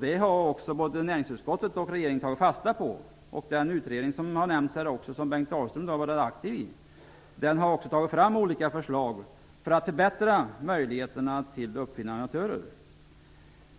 Det har både näringsutskottet och regeringen tagit fasta på. Den utredning som har nämnts här, som Bengt Dalström har varit aktiv i, har också tagit fram olika förslag för att förbättra möjligheterna för uppfinnare och innovatörer.